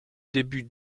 début